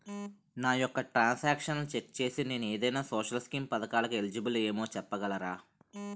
నా యెక్క ట్రాన్స్ ఆక్షన్లను చెక్ చేసి నేను ఏదైనా సోషల్ స్కీం పథకాలు కు ఎలిజిబుల్ ఏమో చెప్పగలరా?